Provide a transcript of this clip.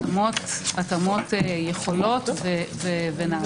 אין ויכוח, והתאמות יכולות ונעשו.